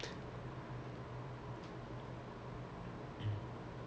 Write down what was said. I have a like my